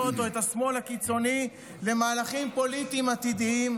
או את השמאל הקיצוני למהלכים פוליטיים עתידיים?